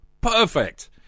Perfect